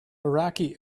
iraqi